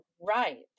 right